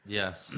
yes